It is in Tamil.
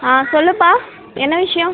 ஆ சொல்லுப்பா என்ன விஷயம்